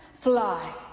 fly